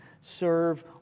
Serve